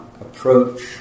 approach